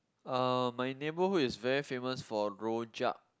uh my neighbourhood is very famous for rojak